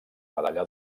medalla